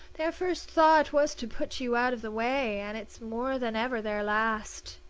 their first thought was to put you out of the way, and it's more than ever their last.